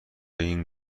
این